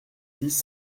six